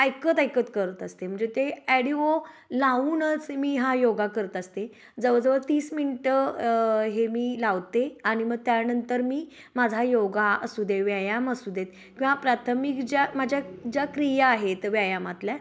ऐकत ऐकत करत असते म्हणजे ते ॲडीओ लावूनच मी हा योगा करत असते जवळजवळ तीस मिनटं हे मी लावते आणि मग त्यानंतर मी माझा योगा असू दे व्यायाम असू देेत किंवा प्राथमिक ज्या माझ्या ज्या क्रिया आहेत व्यायामातल्या